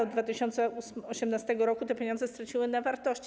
Od 2018 r. te pieniądze straciły na wartości.